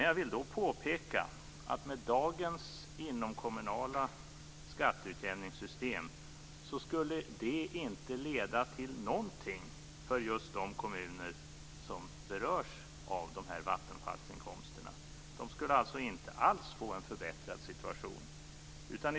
Jag vill dock påpeka att det med dagens inomkommunala skatteutjämningssystem inte skulle leda till någonting för just de kommuner som berörs av vattenfallsinkomsterna. De skulle inte alls få en förbättrad situation.